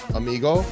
amigo